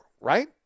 right